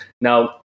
now